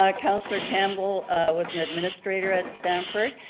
ah ah councillor campbell was an administrator at stamford.